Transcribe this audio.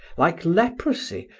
like leprosy,